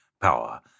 power